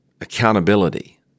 accountability